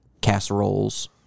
casseroles